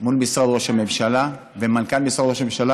מול משרד ראש הממשלה ומנכ"ל משרד ראש הממשלה,